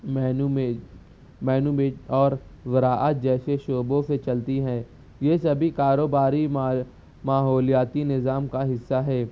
مینومیج مینومیج اور زراعت جیسے شعبوں سے چلتی ہیں یہ سبھی کاروباری ما ماحولیاتی نظام کا حصہ ہے